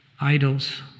idols